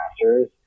Masters